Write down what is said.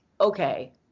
okay